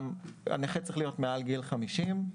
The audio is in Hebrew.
הנכה צריך להיות מעל גיל 50,